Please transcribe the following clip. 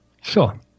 Sure